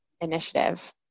initiative